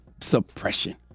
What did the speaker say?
suppression